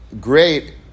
great